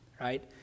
right